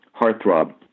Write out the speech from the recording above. heartthrob